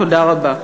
תודה רבה.